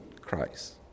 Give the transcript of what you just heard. Christ